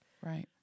Right